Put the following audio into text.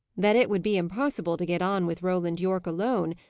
that it would be impossible to get on with roland yorke alone,